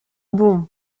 bon